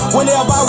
Whenever